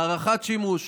הארכת שימוש